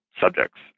subjects